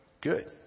good